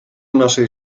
naszej